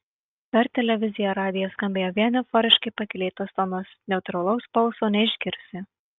per televiziją radiją skambėjo vien euforiškai pakylėtas tonas neutralaus balso neišgirsi